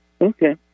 Okay